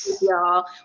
y'all